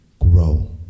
grow